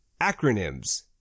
Acronyms